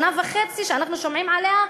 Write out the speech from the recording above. שנה וחצי אנחנו שומעים עליה,